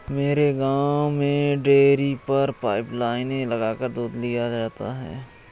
मेरे गांव में डेरी पर पाइप लाइने लगाकर दूध लिया जाता है